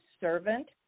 servant